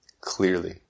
clearly